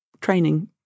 training